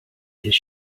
his